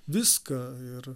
viską ir